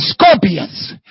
scorpions